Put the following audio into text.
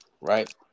right